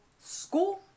school